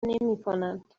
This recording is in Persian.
نمیکنند